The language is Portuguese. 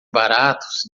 baratos